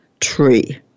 tree